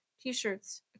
T-shirts